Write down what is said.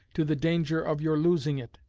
to the danger of your losing it?